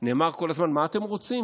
נאמר כל הזמן: מה אתם רוצים?